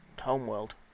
homeworld